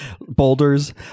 boulders